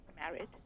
married